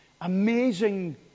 amazing